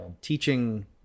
teaching